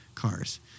Cars